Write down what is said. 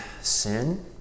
sin